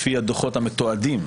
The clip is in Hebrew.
זה לפי הדוחות המתועדים,